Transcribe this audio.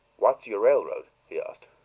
what's your railroad? he asked.